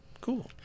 cool